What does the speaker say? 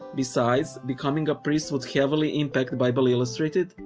besides, becoming a priest would heavily impact bible illustrated.